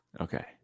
Okay